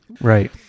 right